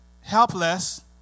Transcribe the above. helpless